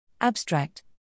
Abstract